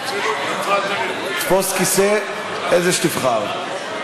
תפוס כיסא, איזה שתבחר.